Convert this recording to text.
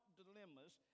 dilemmas